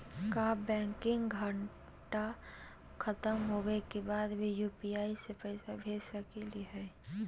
का बैंकिंग घंटा खत्म होवे के बाद भी यू.पी.आई से पैसा भेज सकली हे?